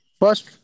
First